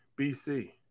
BC